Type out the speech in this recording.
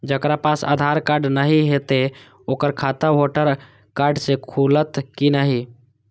जकरा पास आधार कार्ड नहीं हेते ओकर खाता वोटर कार्ड से खुलत कि नहीं?